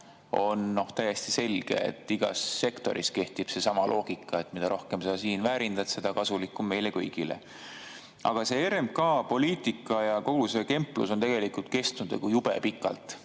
on täiesti selge. Igas sektoris kehtib seesama loogika, et mida rohkem sa siin väärindad, seda kasulikum meile kõigile. Aga see RMK poliitika ja kogu see kemplus on kestnud jube pikalt.